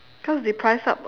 cause they price up [what]